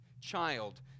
child